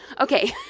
Okay